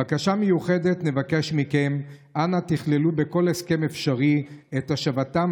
בקשה מיוחדת נבקש מכם: אנא תכללו בכל הסכם אפשרי את השבתם